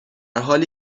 حالی